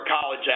college